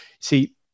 See